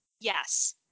Yes